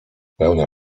pełnia